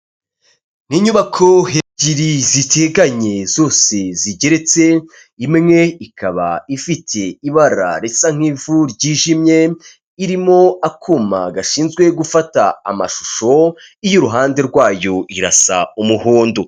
Ni inyubako ebyiri ziteganye zose zigeretse imwe ikaba ifite ibara risa nk'ivu ryijimye, irimo akuma gashinzwe gufata amashusho, iy'iruhande rwayo irasa umuhondo.